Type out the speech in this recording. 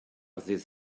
ddydd